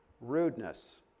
rudeness